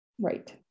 Right